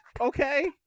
Okay